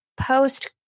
post